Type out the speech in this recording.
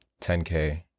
10k